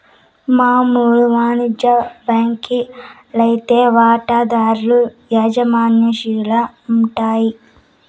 మామూలు వానిజ్య బాంకీ లైతే వాటాదార్ల అజమాయిషీల ఉండాయి